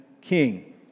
king